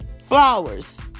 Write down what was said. flowers